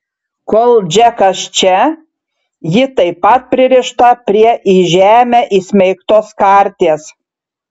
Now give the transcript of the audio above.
kol džekas čia ji taip pat pririšta prie į žemę įsmeigtos karties